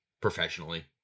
professionally